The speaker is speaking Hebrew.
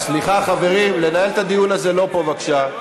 סליחה, חברים, לנהל את הדיון הזה לא פה, בבקשה.